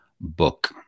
book